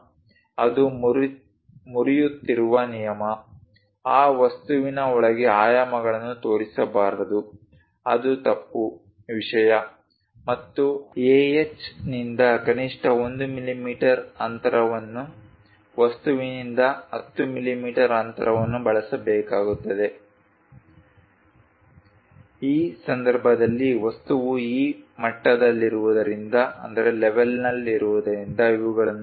ಅದು ಮುರಿಯುತ್ತಿರುವ ನಿಯಮ ಆ ವಸ್ತುವಿನ ಒಳಗೆ ಆಯಾಮಗಳನ್ನು ತೋರಿಸಬಾರದು ಅದು ತಪ್ಪು ವಿಷಯ ಮತ್ತು ah ನಿಂದ ಕನಿಷ್ಠ 1 ಮಿಲಿಮೀಟರ್ ಅಂತರವನ್ನು ವಸ್ತುವಿನಿಂದ 10 ಮಿಲಿಮೀಟರ್ ಅಂತರವನ್ನು ಬಳಸಬೇಕಾಗುತ್ತದೆ ಈ ಸಂದರ್ಭದಲ್ಲಿ ವಸ್ತುವು ಈ ಮಟ್ಟದಲ್ಲಿರುವುದರಿಂದ ಇವುಗಳನ್ನು ಅನುಸರಿಸಲಾಗುತ್ತದೆ